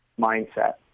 mindset